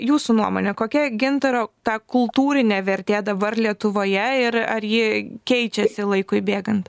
jūsų nuomone kokia gintaro ta kultūrinė vertė dabar lietuvoje ir ar ji keičiasi laikui bėgant